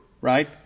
right